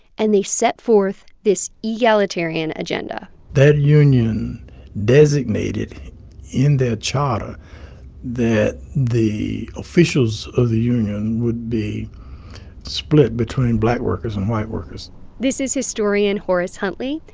and they set forth this egalitarian agenda that union designated in their charter that the officials of the union would be split between black workers and white workers this is historian horace huntley.